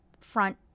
front